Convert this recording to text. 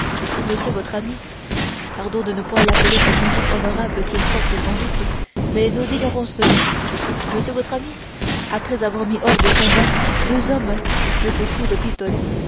monsieur votre ami pardon de ne point l'appeler par le nom honorable qu'il porte sans doute mais nous ignorons ce nom monsieur votre ami après avoir mis hors de combat deux hommes de ses deux coups de pistolet